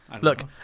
Look